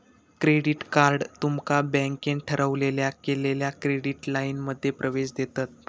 credit card तुमका बँकेन ठरवलेल्या केलेल्या क्रेडिट लाइनमध्ये प्रवेश देतत